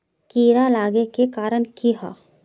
कीड़ा लागे के कारण की हाँ?